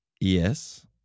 Yes